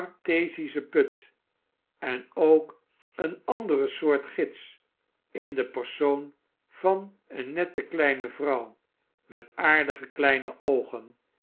artesischen put en ook een andere soort gids in de persoon van een nette kleine vrouw met aardige kleine oogen